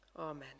Amen